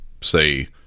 say